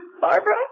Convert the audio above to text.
Barbara